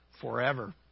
forever